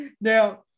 Now